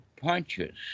punches